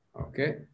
okay